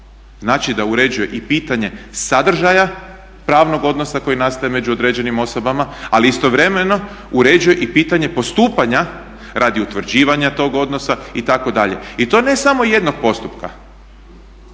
Znači da uređuje i pitanje sadržaja pravnog odnosa koji nastaje među određenim osobama, ali istovremeno uređuje i pitanje postupanja radi utvrđivanja tog odnosa itd. i to ne samo jednog postupka.